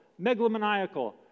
megalomaniacal